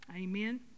Amen